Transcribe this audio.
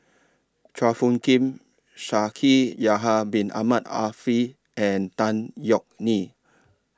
Chua Phung Kim Shaikh Yahya Bin Ahmed Afifi and Tan Yeok Nee